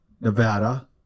Nevada